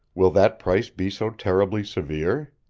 will that price be so terribly severe?